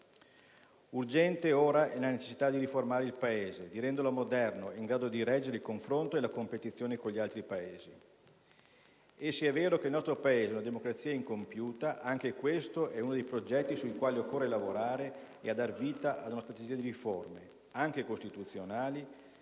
Urgente ora è la necessità di riformare il Paese, di renderlo moderno e in grado di reggere il confronto e la competizione con gli altri Paesi. Se è vero che il nostro Paese è una democrazia incompiuta, anche questo è uno dei progetti sui quali occorre lavorare per dar vita ad una strategia di riforme, anche costituzionali,